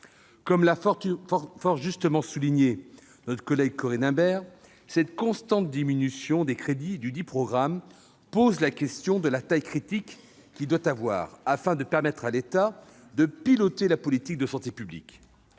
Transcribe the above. Comme l'a fort justement souligné notre collègue Corinne Imbert, cette constante diminution des crédits dudit programme pose la question de la taille critique nécessaire au meilleur pilotage par l'État de la politique de santé publique.